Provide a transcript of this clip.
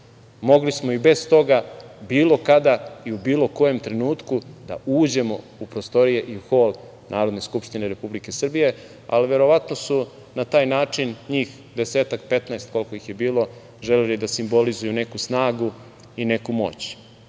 Mogli smo i bez toga, bilo kada i u bilo kojem trenutku da uđemo u prostorije i hol Narodne skupštine Republike Srbije, ali verovatno su na taj način njih desetak, petnaest, koliko ih je bilo, želeli da simbolizuju neku snagu i neku moć.